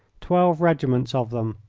twelve regiments of them,